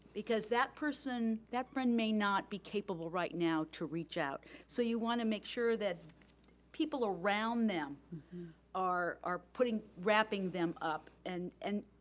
because that person, that friend may not be capable right now to reach out. so you wanna make sure that people around them are are wrapping them up and and